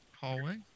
hallway